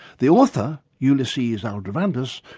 the author, ulysses aldrovandus,